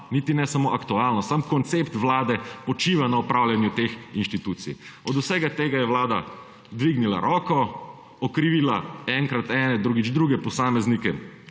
Niti ne samo aktualno, sam koncept vlade počiva na upravljanju teh inštitucij. Od vsega tega je vlada dvignila roko, okrivila enkrat ene, drugič druge posameznike